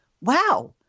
wow